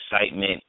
excitement